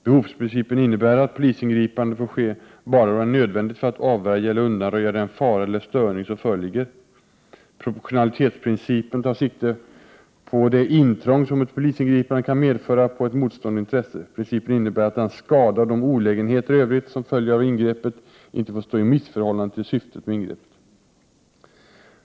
Behovsprincipen innebär att polisingripande får ske bara då det är nödvändigt för att avvärja eller undanröja den fara eller störning som föreligger. Proportionalitetsprincipen tar sikte på det intrång som ett polisingripande kan medföra på ett motstående intresse. Principen innebär att den skada och de olägenheter i övrigt som följer av ingreppet inte får stå i missförhållande till syftet med ingreppet.